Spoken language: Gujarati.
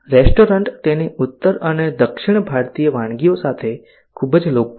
રેસ્ટોરન્ટ તેની ઉત્તર અને દક્ષિણ ભારતીય વાનગીઓ સાથે ખૂબ જ લોકપ્રિય છે